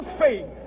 faith